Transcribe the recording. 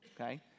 Okay